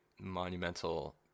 monumental